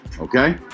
okay